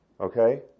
Okay